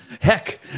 Heck